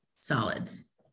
solids